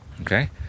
okay